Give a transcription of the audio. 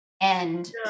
And-